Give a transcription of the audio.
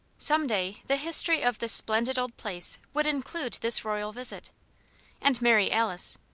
some day the history of this splendid old place would include this royal visit and mary alice,